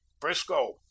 frisco